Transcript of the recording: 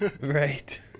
right